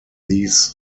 these